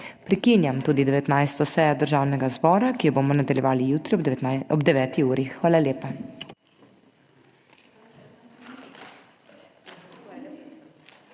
Prekinjam tudi 19. sejo Državnega zbora, ki jo bomo nadaljevali jutri ob 9. uri. Hvala lepa.